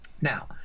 Now